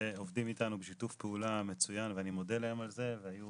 ועובדים איתנו בשיתוף פעולה מצוין ואני מודה להם על זה והיו